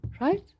right